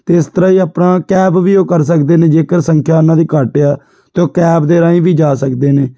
ਅਤੇ ਇਸ ਤਰ੍ਹਾਂ ਹੀ ਆਪਣਾ ਕੈਬ ਵੀ ਉਹ ਕਰ ਸਕਦੇ ਨੇ ਜੇਕਰ ਸੰਖਿਆ ਉਹਨਾਂ ਦੀ ਘੱਟ ਆ ਅਤੇ ਉਹ ਕੈਬ ਦੇ ਰਾਹੀਂ ਵੀ ਜਾ ਸਕਦੇ ਨੇ